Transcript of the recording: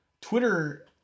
Twitter